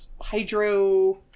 hydro